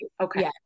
Okay